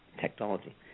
technology